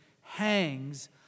hangs